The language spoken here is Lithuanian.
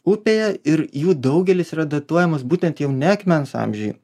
upėje ir jų daugelis yra datuojamos būtent jau ne akmens amžiuje